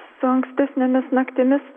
su ankstesnėmis naktimis